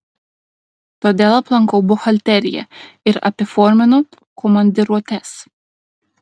todėl aplankau buhalteriją ir apiforminu komandiruotes